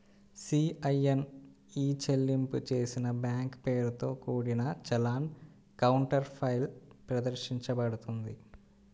CIN ఇ చెల్లింపు చేసిన బ్యాంక్ పేరుతో కూడిన చలాన్ కౌంటర్ఫాయిల్ ప్రదర్శించబడుతుంది